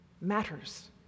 matters